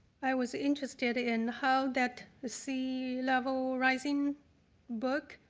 i was interested in how that c level rising book,